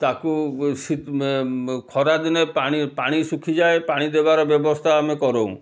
ତାକୁ ଖରା ଦିନେ ପାଣି ପାଣି ଶୁଖିଯାଏ ପାଣି ଦେବାର ବ୍ୟବସ୍ଥା ଆମେ କରୁ